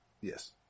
Yes